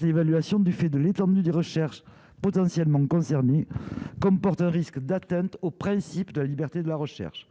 l'évaluation du fait de l'étendue des recherches potentiellement concernés comporte un risque d'atteinte au principe de liberté de la recherche